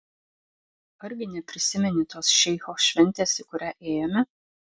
argi neprisimeni tos šeicho šventės į kurią ėjome